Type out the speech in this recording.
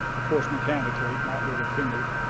of course, mechanically not with her fingers.